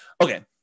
Okay